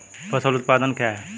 फसल उत्पादन क्या है?